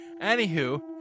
Anywho